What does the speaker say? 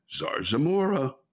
Zarzamora